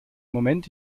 moment